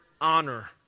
honor